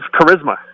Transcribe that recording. charisma